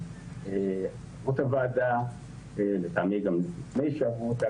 שעברו את הוועדה ולטעמי גם לפני שעברו אותה,